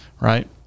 right